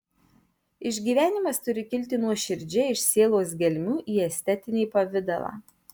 išgyvenimas turi kilti nuoširdžiai iš sielos gelmių į estetinį pavidalą